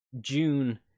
June